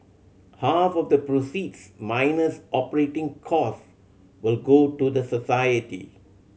half of the proceeds minus operating costs will go to the society